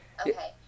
Okay